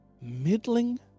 middling